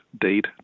date